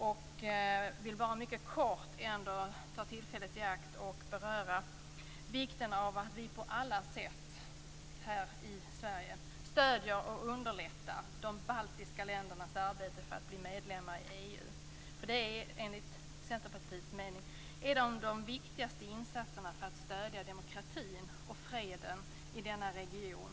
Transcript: Jag vill bara mycket kort ta tillfället i akt att beröra vikten av att vi på alla sätt här i Sverige stöder och underlättar de baltiska ländernas arbete för att bli medlemmar i EU. Det är enligt Centerpartiets mening de viktigaste insatserna för att stödja demokratin och freden i denna region.